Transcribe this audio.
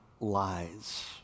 lies